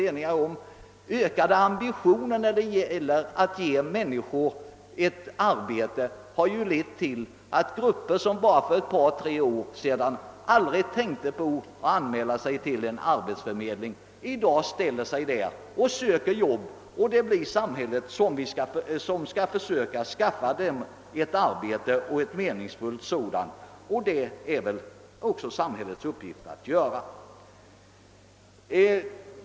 Våra ökade ambitioner har lett till att grup per som för bara ett par, tre år sedan aldrig tänkte på att anmäla sig till en arbetsförmedling i dag ställer sig hos denna och söker jobb. Det blir samhället som skall försöka skaffa dem ett meningsfyllt arbete, vilket också är samhällets uppgift att göra.